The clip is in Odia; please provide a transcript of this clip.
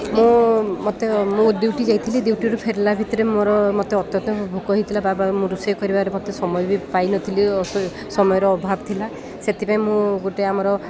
ମୁଁ ମୋତେ ମୁଁ ଡ୍ୟୁଟି ଯାଇଥିଲି ଡ୍ୟୁଟିରୁ ଫେରିଲା ଭିତରେ ମୋର ମୋତେ ଅତ୍ୟନ୍ତ ଭୋକ ହୋଇଥିଲା ବା ମୁଁ ରୋଷେଇ କରିବାରେ ମୋତେ ସମୟ ବି ପାଇନଥିଲି ସମୟର ଅଭାବ ଥିଲା ସେଥିପାଇଁ ମୁଁ ଗୋଟେ ଆମର